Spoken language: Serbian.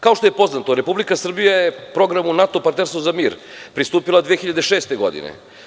Kao što je poznato Republika Srbija je programom NATO partnerstva za mir pristupila 2006. godine.